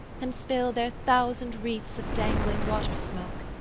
and spill their thousand wreaths of dangling water-smoke,